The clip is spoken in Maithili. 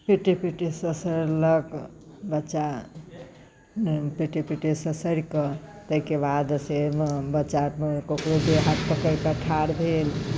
पेटे पेटे ससरलक बच्चा पेटे पेटे ससरि कऽ ताहिके बाद से बच्चा केकरो देह हाथ पकड़ि कऽ ठाढ़ भेल